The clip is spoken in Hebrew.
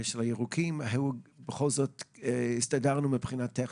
הסתדרנו מבחינה טכנית.